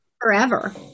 forever